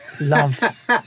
love